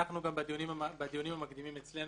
גם בדיונים המקדימים אצלנו,